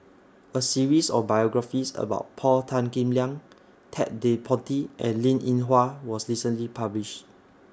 A series of biographies about Paul Tan Kim Liang Ted De Ponti and Linn in Hua was recently published